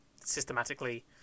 systematically